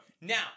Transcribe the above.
Now